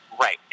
right